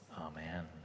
Amen